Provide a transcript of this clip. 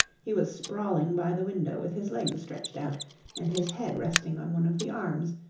he was sprawling by the window with his legs stretched out and his head resting on one of the arms,